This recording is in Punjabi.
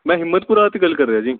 ਮੈਂ ਹਿੰਮਤਪੁਰਾ ਤੋਂ ਗੱਲ ਰਿਹਾ ਜੀ